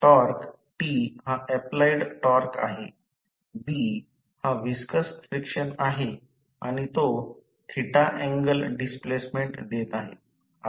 torque T हा applied torque आहे B हा विस्कस फ्रिक्शन आहे आणि तो अँगल डिस्प्लेसमेंट देत आहे